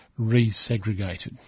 resegregated